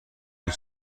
این